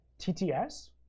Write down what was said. TTS